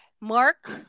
Mark